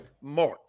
Mark